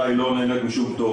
נהנית משום פטור.